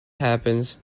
happens